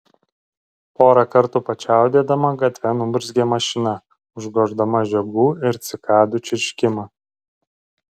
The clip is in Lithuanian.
porą kartų pačiaudėdama gatve nuburzgė mašina užgoždama žiogų ir cikadų čirškimą